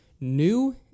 New